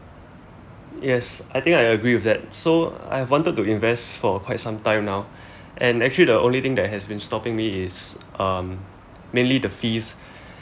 yes I think I agree with that so I've wanted to invest for quite some time now and actually the only thing that has been stopping me is um mainly the fees